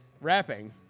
rapping